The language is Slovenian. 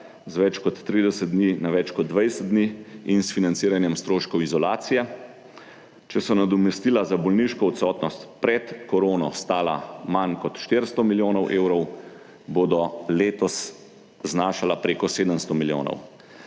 z več kot 30 dni na več kot 20 dni in s financiranjem stroškov izolacije. Če so nadomestila za bolniško odsotnost pred korono stala manj kot 400 milijonov evrov, bodo letos znašala preko 700 milijonov.